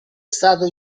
stato